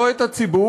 לא את הציבור,